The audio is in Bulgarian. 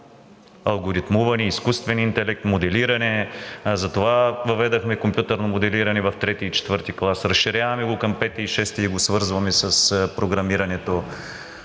алгоритмуване, изкуствен интелект, моделиране. Затова въведохме компютърно моделиране в трети и четвърти клас, разширяваме го към пети и шести и го свързваме с програмирането.